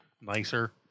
nicer